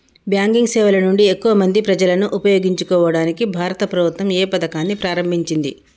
Banking సేవల నుండి ఎక్కువ మంది ప్రజలను ఉపయోగించుకోవడానికి భారత ప్రభుత్వం ఏ పథకాన్ని ప్రారంభించింది?